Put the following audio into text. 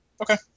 Okay